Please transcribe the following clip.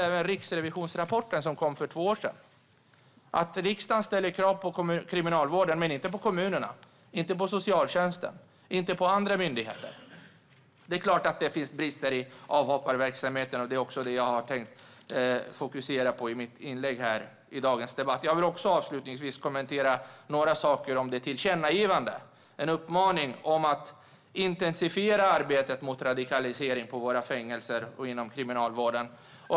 Även Riksrevisionens rapport som kom för två år sedan visade på detta, det vill säga att riksdagen ställer krav på Kriminalvården men inte på kommunerna, inte på socialtjänsten och inte på andra myndigheter. Det är klart att det finns brister i avhopparverksamheten, och det är det jag har velat fokusera på i mitt inlägg. Avslutningsvis vill jag lite grann kommentera tillkännagivandet. Det är en uppmaning om att intensifiera arbetet mot radikalisering på våra fängelser och inom kriminalvården.